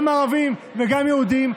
גם עם ערבים וגם עם יהודים.